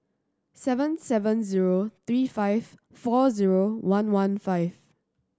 seven seven zero three five four zero one one five